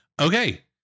Okay